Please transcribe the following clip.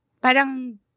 Parang